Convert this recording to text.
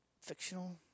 fictional